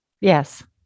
yes